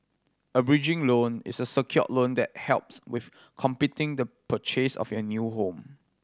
a bridging loan is a secured loan that helps with completing the purchase of your new home